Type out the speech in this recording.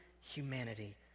humanity